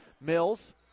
Mills